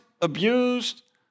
abused